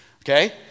okay